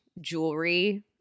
jewelry